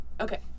okay